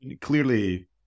Clearly